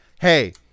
Hey